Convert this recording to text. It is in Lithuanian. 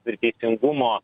ir teisingumo